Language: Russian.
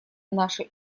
нашей